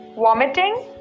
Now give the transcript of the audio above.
vomiting